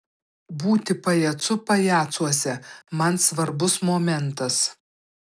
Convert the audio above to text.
būti pajacu pajacuose man svarbus momentas